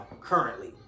currently